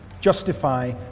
justify